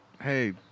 hey